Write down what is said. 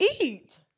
eat